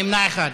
נמנע אחד.